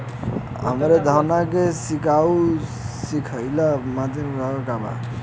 हमरे धनवा के सीक्कउआ सुखइला मतीन बुझात बा का करीं?